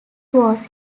was